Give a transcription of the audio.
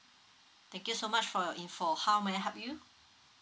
thank you so much for your info how may I help you